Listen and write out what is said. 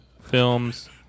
Films